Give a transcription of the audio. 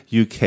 UK